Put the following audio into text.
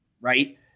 right